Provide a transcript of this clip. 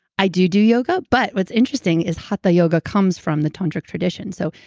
i do do yoga, but what's interesting is hatha yoga comes from the tantric traditions. so,